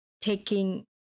taking